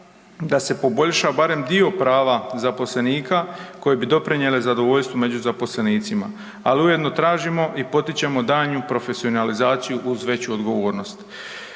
da se poboljša barem dio prava zaposlenika koji bi doprinjeli zadovoljstvu među zaposlenicima, al ujedno tražimo i potičemo daljnju profesionalizaciju uz veću odgovornost.